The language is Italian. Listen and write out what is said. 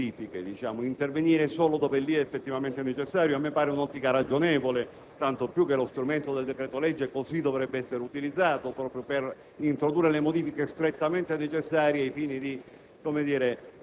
banca e della finanza, intervenendo solo dove è effettivamente necessario. Mi pare un'ottica ragionevole, tanto più che lo strumento del decreto-legge dovrebbe essere utilizzato proprio per introdurre modifiche strettamente necessarie al fine di